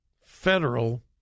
federal